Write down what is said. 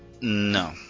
No